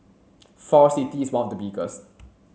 Forest City is one of the biggest